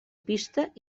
pista